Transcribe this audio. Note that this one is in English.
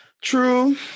True